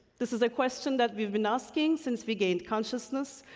this is a question that we've been asking since we gained consciousness.